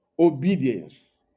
Obedience